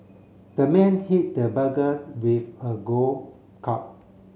the man hit the burglar with a golf club